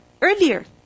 earlier